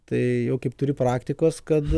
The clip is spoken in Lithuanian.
tai jau kaip turi praktikos kad